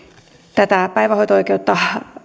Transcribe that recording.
tätä päivähoito oikeutta